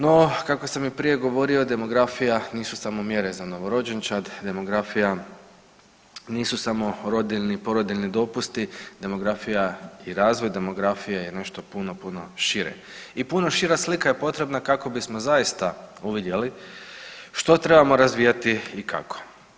No kako sam i prije govorio demografija nisu samo mjere za novorođenčad, demografija nisu samo rodiljni i porodiljni dopusti, demografija i razvoj demografije je ne nešto puno puno šire i puno šira slika je potrebna kako bismo zaista uvidjeli što trebamo razvijati i kako.